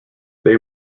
they